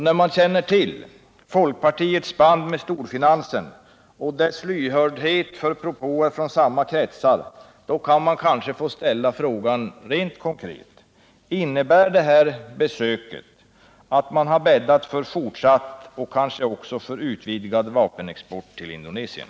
När man känner till folkpartiets band med storfinansen och dess lyhördhet för propåer från samma kretsar kan man kanske få ställa denna konkreta fråga: Innebär det här besöket att man har bäddat för fortsatt och kanske också utvidgad vapenexport till Indonesien?